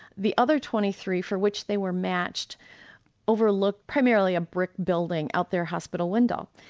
the other twenty three for which they were matched overlooked primarily a brick building out their hospital window.